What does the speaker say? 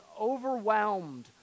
overwhelmed